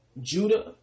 Judah